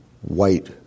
white